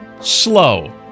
slow